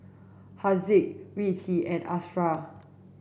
Haziq Rizqi and Ashraff